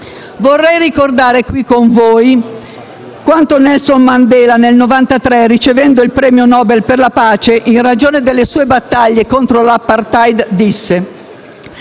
ricordando qui con voi quanto affermò Nelson Mandela nel 1993, ricevendo il premio Nobel per la pace in ragione delle sue battaglie contro l'*apartheid*: «Questo